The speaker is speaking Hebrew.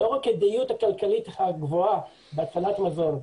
לאור הכדאיות הכלכלית הגבוהה בהצלת מזון,